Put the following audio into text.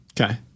Okay